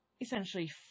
essentially